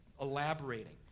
elaborating